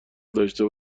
داشته